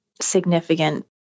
significant